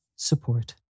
Support